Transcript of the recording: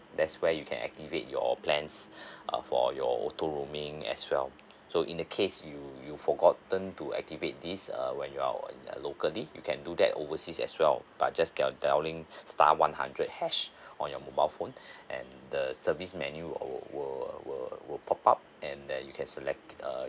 that's where you can activate your plans uh for your auto roaming as well so in the case you you forgotten to activate this err when you're uh locally you can do that overseas as well but just dial dialling star one hundred hash on your mobile phone and the service menu will will will pop up and there you can select err